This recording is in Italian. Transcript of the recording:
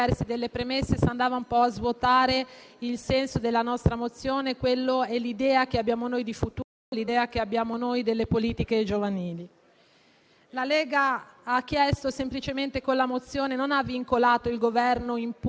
La Lega con la sua mozione non ha vincolato il Governo in punti stringenti, ma ha chiesto semplicemente al Governo che venga attuato, per quanto riguarda le politiche attive del lavoro dei nostri ragazzi,